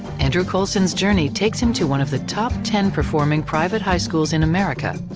andrew coulson's journey takes him to one of the top ten performing private high schools in america,